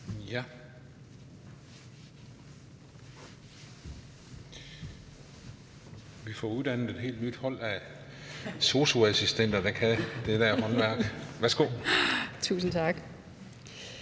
Ja, vi får uddannet et helt nyt hold af sosu-assistenter, der kan det der håndværk! Værsgo. Kl.